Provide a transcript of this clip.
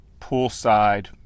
poolside